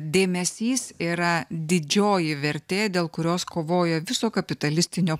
dėmesys yra didžioji vertė dėl kurios kovoja viso kapitalistinio